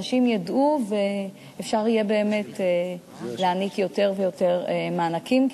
אנשים ידעו ואפשר יהיה באמת להעניק יותר ויותר מענקים,